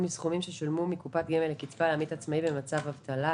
מסכומים ששולמו מקופת גמל לקצבה לעמית עצמאי במצב אבטלה),